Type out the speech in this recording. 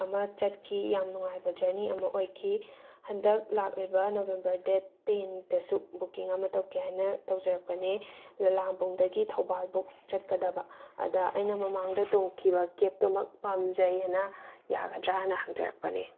ꯑꯃ ꯆꯠꯈꯤ ꯌꯥꯝ ꯅꯨꯡꯉꯥꯏꯕ ꯖꯔꯅꯤ ꯑꯃ ꯑꯣꯏꯈꯤ ꯍꯟꯗꯛ ꯂꯥꯛꯂꯤꯕ ꯅꯕꯦꯝꯕꯔ ꯗꯦꯠ ꯇꯦꯟ ꯗꯁꯨ ꯕꯨꯀꯤꯡ ꯑꯃ ꯇꯧꯒꯦ ꯍꯥꯏꯅ ꯇꯧꯖꯔꯛꯄꯅꯦ ꯂꯂꯥꯝꯕꯨꯡꯗꯒꯤ ꯊꯧꯕꯥꯜ ꯕꯨꯛ ꯆꯠꯀꯗꯕ ꯑꯗ ꯑꯩꯅ ꯃꯃꯥꯡꯗ ꯇꯣꯡꯈꯤꯕ ꯀꯦꯞꯇꯨꯃꯛ ꯄꯥꯝꯖꯩꯑꯅ ꯌꯥꯒꯗ꯭ꯔꯥꯅ ꯍꯪꯖꯔꯛꯄꯅꯦ